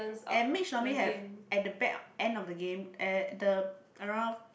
and mage normally have at the back end of the game at the around